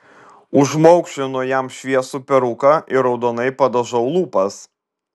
užmaukšlinu jam šviesų peruką ir raudonai padažau lūpas